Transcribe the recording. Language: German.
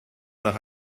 nach